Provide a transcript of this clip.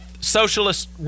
socialist –